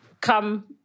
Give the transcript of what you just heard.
Come